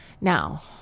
Now